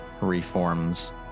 reforms